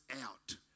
out